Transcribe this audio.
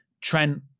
Trent